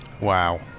Wow